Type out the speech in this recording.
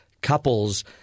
couples –